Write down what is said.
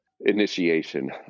initiation